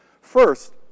First